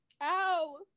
Ow